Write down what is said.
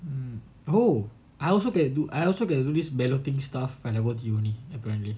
um oh I also can do I also get to do this balloting stuff when I go to uni appearently